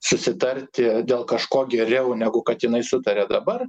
susitarti dėl kažko geriau negu kad jinai sutaria dabar